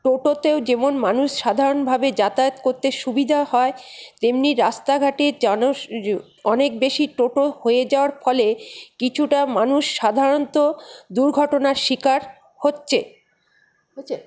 টোটোতেও যেমন মানুষ সাধারণভাবে যাতায়াত করতে সুবিধা হয় তেমনি রাস্তাঘাটে অনেক বেশি টোটো হয়ে যাওয়ার ফলে কিছুটা মানুষ সাধারণত দুর্ঘটনার শিকার হচ্ছে হয়েছে